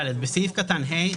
(ד)בסעיף קטן (ה),